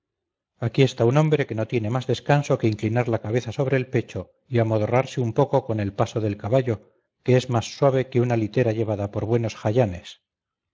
aquí está un hombre que no tiene más descanso que inclinar la cabeza sobre el pecho y amodorrarse un poco con el paso del caballo que es más suave que una litera llevada por buenos jayanes